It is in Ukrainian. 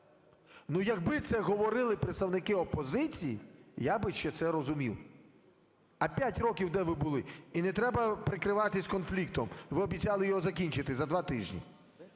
Ну, якби це говорили представники опозиції – я би ще це розумів. А 5 років де ви були? І не треба прикриватися конфліктом, ви обіцяли його закінчити за 2 тижні.